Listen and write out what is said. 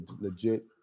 legit